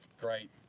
great